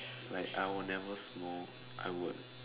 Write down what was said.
like I will never smoke I would